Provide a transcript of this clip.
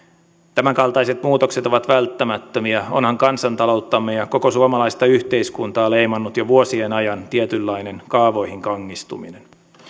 tämänkaltaiset muutokset ovat välttämättömiä onhan kansantalouttamme ja koko suomalaista yhteiskuntaa leimannut jo vuosien ajan tietynlainen kaavoihin kangistuminen